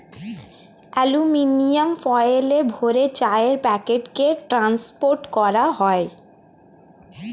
aluminium ফয়েলে ভরে চায়ের প্যাকেটকে ট্রান্সপোর্ট করা হয়